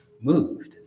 moved